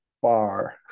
far